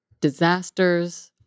disasters